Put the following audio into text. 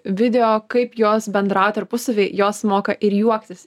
video kaip jos bendrauja tarpusavyje jos moka ir juoktis